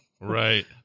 Right